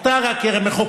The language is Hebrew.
אתה הרי מחוקק,